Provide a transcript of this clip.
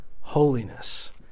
holiness